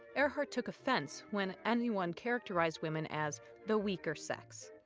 earhart took offense when anyone characterized women as the weaker sex.